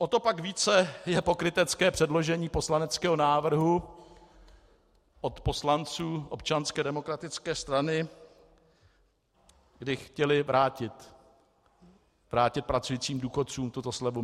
O to pak více je pokrytecké předložení poslaneckého návrhu od poslanců Občanské demokratické strany, kdy chtěli vrátit pracujícím důchodcům tuto slevu.